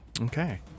Okay